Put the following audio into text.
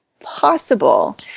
possible